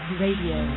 radio